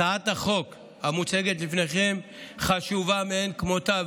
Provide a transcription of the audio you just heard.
הצעת החוק המוצגת לפניכם חשובה מאין כמותה.